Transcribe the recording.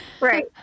right